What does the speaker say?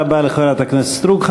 תודה רבה לחברת הכנסת סטרוק.